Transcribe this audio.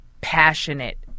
passionate